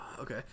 Okay